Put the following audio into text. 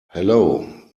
hello